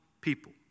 people